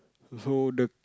so the